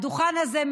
הדוכן הזה,